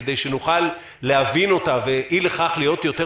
כדי שנוכל להבין אותה ואי לכך להיות יותר